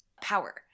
power